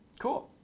cool.